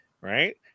Right